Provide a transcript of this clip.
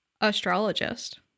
astrologist